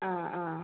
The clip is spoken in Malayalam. ആ ആ